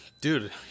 Dude